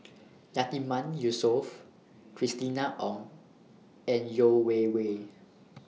Yatiman Yusof Christina Ong and Yeo Wei Wei